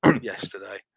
yesterday